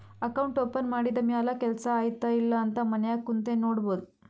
account open ಮಾಡಿದ ಮ್ಯಾಲ ಕೆಲ್ಸಾ ಆಯ್ತ ಇಲ್ಲ ಅಂತ ಮನ್ಯಾಗ್ ಕುಂತೆ ನೋಡ್ಬೋದ್